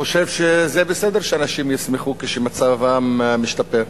חושב שזה בסדר שאנשים ישמחו כשמצבם משתפר,